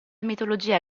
mitologia